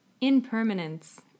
impermanence